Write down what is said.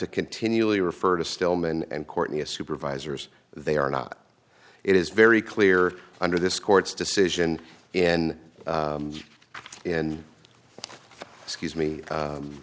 to continually refer to stillman and courtney a supervisors they are not it is very clear under this court's decision in and